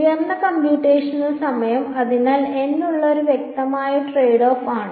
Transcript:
ഉയർന്ന കമ്പ്യൂട്ടേഷണൽ സമയം അതിനാൽ n നുള്ള ഒരു വ്യക്തമായ ട്രേഡ് ഓഫ് ആണ്